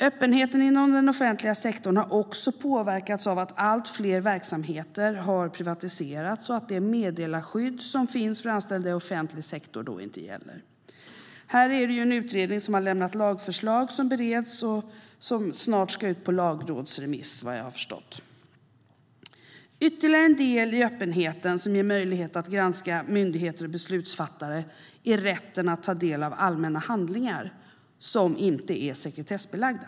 Öppenheten inom den offentliga sektorn har även påverkats av att allt fler verksamheter har privatiserats och att det meddelarskydd som finns för anställda i offentlig sektor då inte gäller. Här har en utredning lämnat ett lagförslag som bereds och som snart ska ut på lagrådsremiss, vad jag har förstått. Ytterligare en del i öppenheten som ger möjlighet att granska myndigheter och beslutsfattare är rätten att ta del av allmänna handlingar som inte är sekretessbelagda.